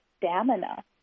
stamina